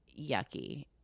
yucky